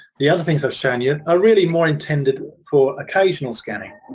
the other things i've shown you are really more intended for occasional scanning.